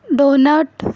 donut